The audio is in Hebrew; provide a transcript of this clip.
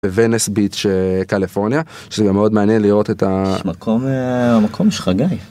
ונס ביץ של קליפורניה. שזה מאוד מעניין לראות את ה... מקום המקום שלך גיא